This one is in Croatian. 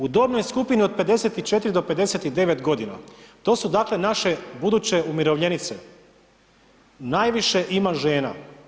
U dobnoj skupini od 54-59 godina, to su dakle, naše buduće umirovljenice, najviše ima žena.